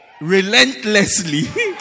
relentlessly